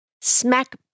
Smack